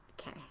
Okay